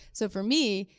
so for me,